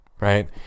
Right